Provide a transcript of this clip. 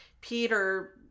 Peter